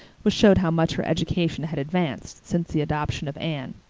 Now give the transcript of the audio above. which showed how much her education had advanced since the adoption of anne.